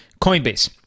coinbase